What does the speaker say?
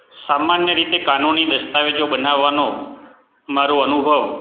સામાન્ય રીતે કાનુની દસ્તાવેજો બનાવવાનો મારો અનુભવ